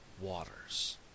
waters